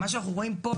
מה שאנחנו רואים פה,